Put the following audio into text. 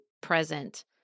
present